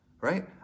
right